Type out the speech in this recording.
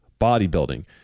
bodybuilding